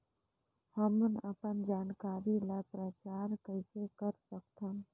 हमन अपन जानकारी ल प्रचार कइसे कर सकथन?